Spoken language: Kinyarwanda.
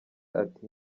ati